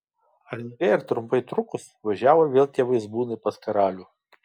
ar ilgai ar trumpai trukus važiavo vėl tie vaizbūnai pas karalių